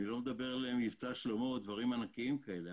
אני לא מדבר על "מבצע שלמה" או דברים ענקיים כאלה,